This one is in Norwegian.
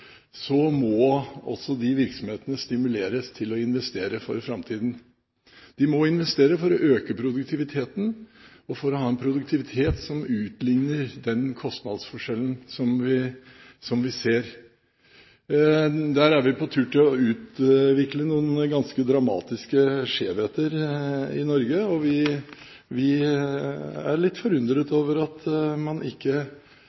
så langt vi kan skue fram i tid, må også de virksomhetene stimuleres til å investere for framtiden. De må investere for å øke produktiviteten og for å ha en produktivitet som utligner den kostnadsforskjellen som vi ser. Der er vi på tur til å utvikle noen ganske dramatiske skjevheter i Norge, og vi er litt forundret over at man ikke